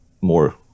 more